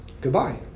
Goodbye